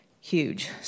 huge